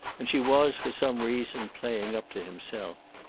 and she was, for some reason, playing up to himself.